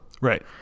Right